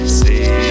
see